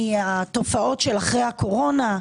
מהתופעות של אחרי הקורונה,